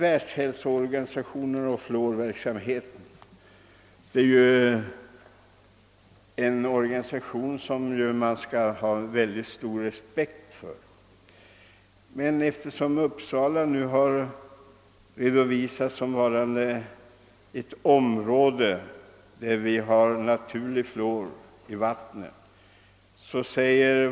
Världshälsoorganisationen är ju en organisation som man skall ha mycket stor respekt för. Uppsala har redovisats som ett område med naturligt fluor i vattnet.